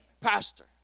Pastor